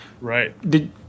Right